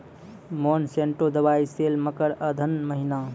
Monsanto दवाई sale मकर अघन महीना,